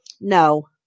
No